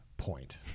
point